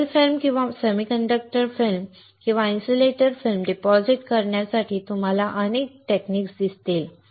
metal film किंवा semiconductor film किंवा insulate film जमा करण्यासाठी तुम्हाला अनेक तंत्रे दिसतील